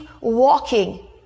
walking